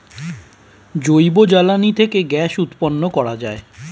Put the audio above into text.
জৈব জ্বালানি থেকে গ্যাস উৎপন্ন করা যায়